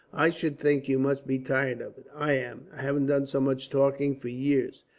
i should think you must be tired of it. i am. i haven't done so much talking, for years.